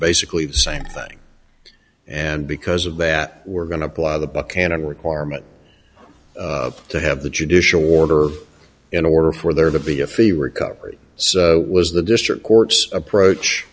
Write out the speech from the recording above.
basically the same thing and because of that we're going to apply the canon requirement to have the judicial order in order for there to be a free recovery so was the district courts approach